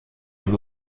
dem